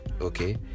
okay